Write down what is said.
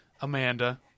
Amanda